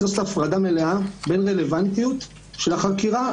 צריך לעשות הפרדה מלאה בין רלוונטיות של החקירה,